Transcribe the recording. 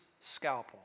scalpel